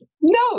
no